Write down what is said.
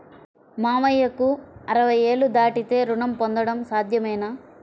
మామయ్యకు అరవై ఏళ్లు దాటితే రుణం పొందడం సాధ్యమేనా?